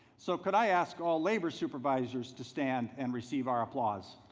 so, could i ask all labor supervisors to stand and receive our applause?